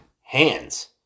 hands